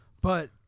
But-